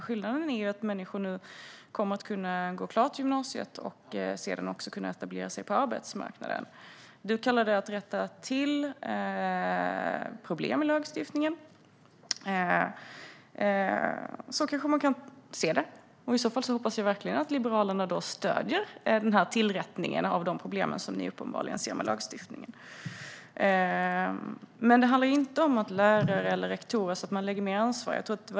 Skillnaden är att människor kommer att kunna gå klart gymnasiet och sedan etablera sig på arbetsmarknaden. Fredrik Malm kallar det att rätta till problem i lagstiftningen. Så kanske man kan se på saken. I så fall hoppas jag verkligen att Liberalerna stöder tillrättningen av de problem som ni uppenbarligen ser med lagstiftningen. Det handlar inte om att lägga mer ansvar på lärare och rektorer.